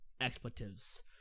expletives